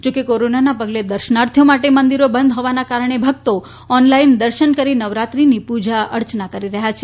જો કે કોરોનાના પગલે દર્શનાર્થીઓ માટે મંદિરો બંધ હોવાના કારણે ભકતો ઓનલાઇન દર્શન કરી નવરાત્રીની પુજા અર્ચના કરી રહયાં છે